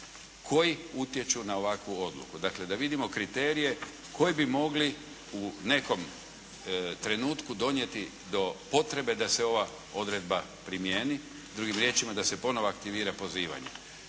koji utječu na ovakvu odluku, dakle da vidimo kriterije koji bi mogli u nekom trenutku donijeti do potrebe da se ova odredba primijeni. Drugim riječima, da se ponovo aktivira pozivanje